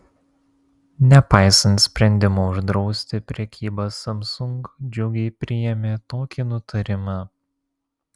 nepaisant sprendimo uždrausti prekybą samsung džiugiai priėmė tokį nutarimą